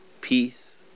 peace